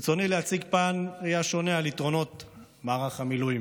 ברצוני להציג פן ראייה שונה על יתרונות מערך המילואים.